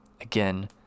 Again